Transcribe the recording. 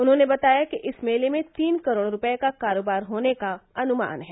उन्होंने बताया कि बताया कि इस मेले में तीन करोड़ रूपये का कारोबार होने का अनुमान है